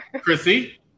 Chrissy